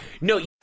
No